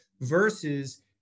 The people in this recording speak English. versus